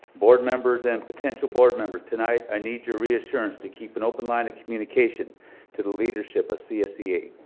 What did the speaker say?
board members and potential board members, tonight i need your reassurance to keep an open line of communication to the leadership of csea.